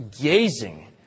gazing